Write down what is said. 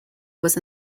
was